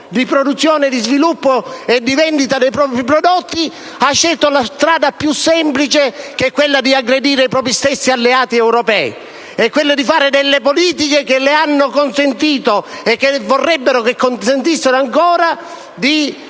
di produzione, sviluppo e vendita dei propri prodotti, ha scelto la strada più semplice, che è quella di aggredire i propri alleati europei e fare politiche che le hanno consentito e che vorrebbe le consentissero ancora di